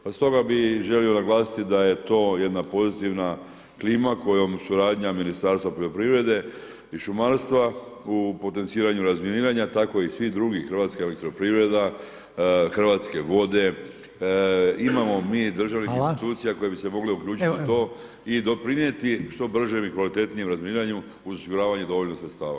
Pa stoga bi želio naglasiti da je to jedna pozitivna klima kojom suradnja Ministarstva poljoprivrede i šumarstva u potenciranju razminiranja tako i svih drugih, HEP-a, Hrvatske vode, imamo mi državnih institucija koje bi se mogle uključiti u to i doprinijeti što bržem i kvalitetnijem razminiranju uz osiguravanje dovoljno sredstava.